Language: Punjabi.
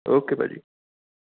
ਓਕੇ ਭਾਅ ਜੀ